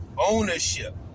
ownership